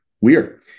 Weird